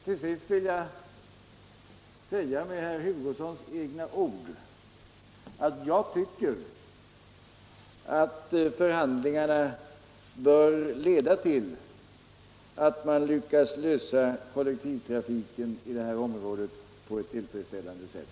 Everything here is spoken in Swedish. Till sist vill jag säga med herr Hugossons egna ord att jag tycker att förhandlingarna bör leda till att man löser frågan om kollektivtrafiken i det här området på ett tillfredsställande sätt.